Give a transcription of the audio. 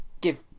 Give